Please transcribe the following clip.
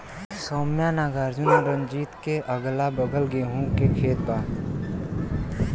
सौम्या नागार्जुन और रंजीत के अगलाबगल गेंहू के खेत बा